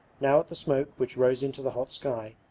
now at the smoke which rose into the hot sky,